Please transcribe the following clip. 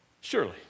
Surely